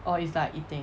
oh it's like 一定